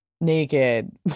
naked